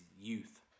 youth